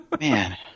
Man